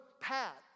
pat